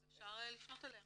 אז אפשר לפנות אליה.